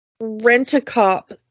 rent-a-cop